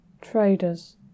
traders